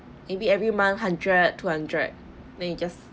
maybe every month hundred two hundred then you just